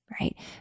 right